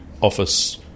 office